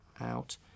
out